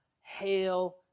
Hail